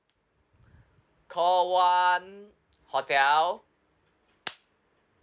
call one hotel